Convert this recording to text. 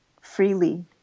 freely